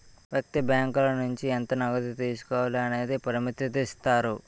వ్యక్తి బ్యాంకుల నుంచి ఎంత నగదు తీసుకోవాలి అనేది పరిమితుదిస్తారు